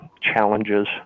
challenges